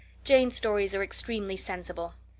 jane's stories are extremely sensible.